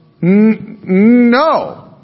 No